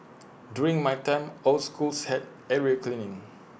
during my time all schools had area cleaning